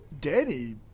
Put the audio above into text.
Daddy